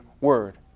Word